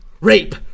Rape